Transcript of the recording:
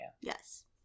Yes